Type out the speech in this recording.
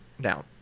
down